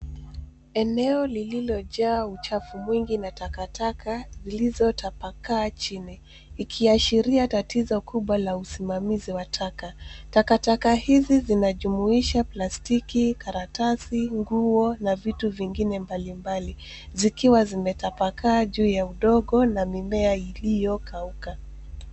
Eneo lililojaa uchafu mwingi na takataka zilizotapakaa chini ikiashiria tatizo kubwa la usimamizi wa taka. Takataka hizi zinajumuisha plastiki, karatasi, nguo na vitu vingine mbalimbali .Zikiwa zimetapakaa juu ya udongo na mimea iliyokauka.